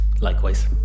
Likewise